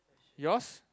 yours